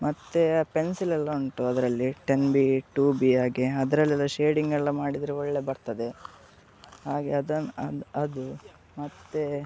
ಮತ್ತೆ ಪೆನ್ಸಿಲೆಲ್ಲ ಉಂಟು ಅದರಲ್ಲಿ ಟೆನ್ ಬಿ ಟು ಬಿ ಹಾಗೆ ಅದರಲ್ಲೆಲ್ಲ ಶೇಡಿಂಗ್ ಎಲ್ಲ ಮಾಡಿದರೆ ಒಳ್ಳೆ ಬರ್ತದೆ ಹಾಗೆ ಅದನ್ನ ಅದು ಅದು ಮತ್ತೆ